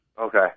Okay